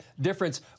difference